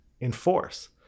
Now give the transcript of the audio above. enforce